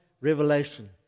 revelation